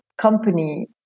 company